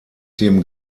dem